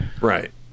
Right